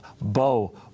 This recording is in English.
Bo